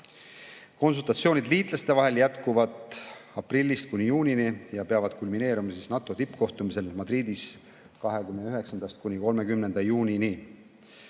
Konsultatsioonid liitlaste vahel jätkuvad aprillist kuni juunini ja peavad kulmineeruma NATO tippkohtumisel Madridis 29.–30. juunini.